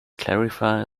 clarify